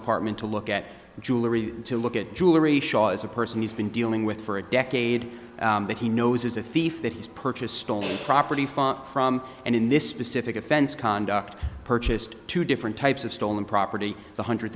apartment to look at the jewelry to look at jewelry shaw is a person he's been dealing with for a decade that he knows is a thief that he's purchased stolen property from and in this specific offense conduct purchased two different types of stolen property one hundred